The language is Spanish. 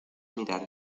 mirar